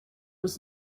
was